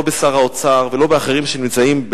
לא בשר האוצר ולא באחרים שנמצאים,